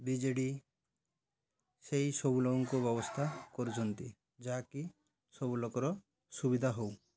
ବି J D ସେହି ସବୁ ଲୋକଙ୍କ ବ୍ୟବସ୍ଥା କରୁଛନ୍ତି ଯାହାକି ସବୁ ଲୋକର ସୁବିଧା ହେଉ